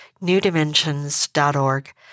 newdimensions.org